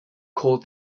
called